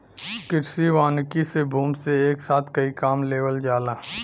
कृषि वानिकी से भूमि से एके साथ कई काम लेवल जाला